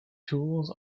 tools